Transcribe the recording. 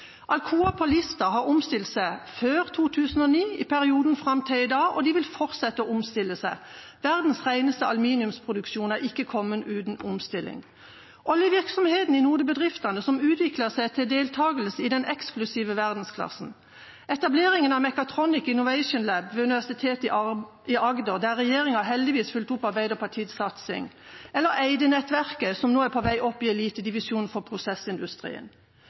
Alcoa på Lista har omstilt seg etter 2009 i perioden fram til i dag, og de vil fortsette å omstille seg. Verdens reineste aluminiumsproduksjon er ikke kommet uten omstilling. Oljevirksomheten i Node-bedriftene som utviklet seg til deltakelse i den eksklusive verdensklassen, etableringen av Mechatronic Innovation Lab ved Universitetet i Agder, der regjeringa heldigvis fulgte opp Arbeiderpartiets satsing, eller Eyde-nettverket, som nå er på vei opp i elitedivisjonen for prosessindustrien.